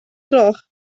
gloch